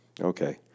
okay